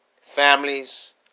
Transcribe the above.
Families